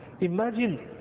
Imagine